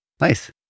nice